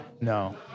no